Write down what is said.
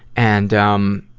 and, um,